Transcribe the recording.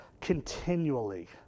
continually